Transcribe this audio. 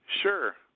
Sure